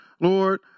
Lord